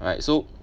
right so